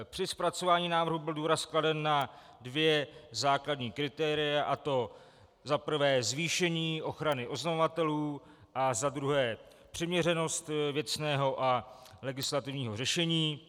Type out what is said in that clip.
Při zpracování návrhu byl důraz kladen na dvě základní kritéria, a to za prvé zvýšení ochrany oznamovatelů a za druhé přiměřenost věcného a legislativního řešení.